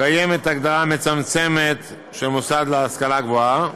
קיימת הגדרה מצמצמת של מוסד להשכלה גבוהה,